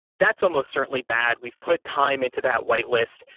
that's almost certainly bad. we've put time into that whitelist.